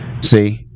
see